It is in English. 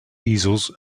easels